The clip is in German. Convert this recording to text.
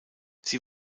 sie